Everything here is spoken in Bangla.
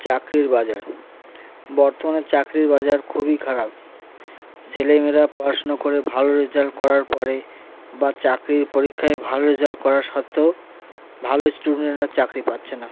চাকরির বাজার বর্তমানে চাকরির বাজার খুবই খারাপ ছেলেমেয়েরা পড়াশুনো করে ভালো রেজাল্ট করার পরে বা চাকরির পরীক্ষায় ভালো রেজাল্ট করা সত্ত্বেও ভালো স্টুডেন্টরা চাকরি পাচ্ছে না